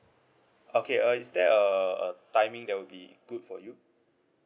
okay uh is there a a timing that will be good for you